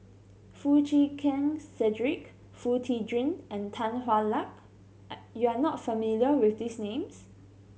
Foo Chee Keng Cedric Foo Tee Jun and Tan Hwa Luck are you are not familiar with these names